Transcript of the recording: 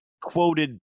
quoted